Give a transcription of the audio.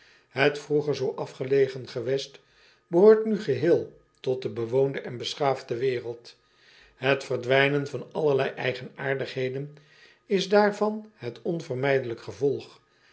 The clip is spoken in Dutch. et vroeger zoo afgelegen gewest behoort nu geheel tot de bewoonde en beschaafde wereld et verdwijnen van allerlei eigenaardigheden is daarvan het onvermijdelijk gevolg